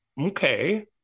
okay